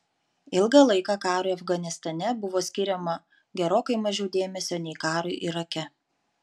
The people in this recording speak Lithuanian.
ilgą laiką karui afganistane buvo skiriama gerokai mažiau dėmesio nei karui irake